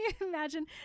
imagine